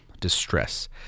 distress